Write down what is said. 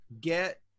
Get